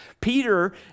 Peter